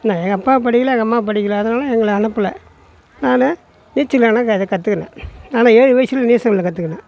என்ன எங்கள் அப்பா படிக்கல எங்கள் அம்மா படிக்கல அதனால எங்களை அனுப்பல நானும் நீச்சல் வேணால் க கற்றுக்குனேன் நான்லாம் ஏழு வயதில் நீச்சலில் கற்றுக்குனேன்